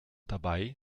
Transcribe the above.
dabei